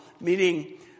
meaning